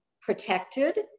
protected